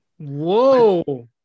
whoa